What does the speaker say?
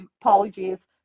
Apologies